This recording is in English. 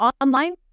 online